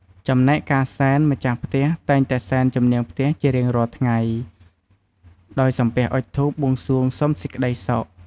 ចំណែកការសែន ម្ចាស់ផ្ទះតែងតែសែនជំនាងផ្ទះជារៀងរាល់ថ្ងៃដោយសំពះអុជធូបបួងសួងសុំសេចក្ដីសុខ។